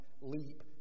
leap